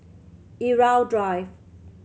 Irau Drive